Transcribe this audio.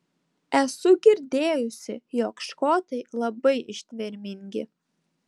esu girdėjusi jog škotai labai ištvermingi